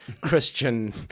Christian